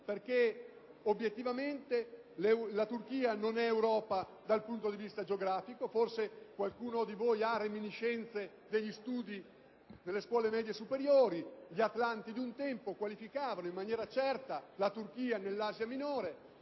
perché, obiettivamente, la Turchia non è Europa dal punto di vista geografico. Forse qualcuno di voi ha reminiscenze degli studi delle scuole medie superiori: gli atlanti di un tempo qualificavano in maniera certa la Turchia nell'Asia minore,